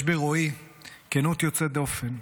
יש ברועי כנות יוצאת דופן,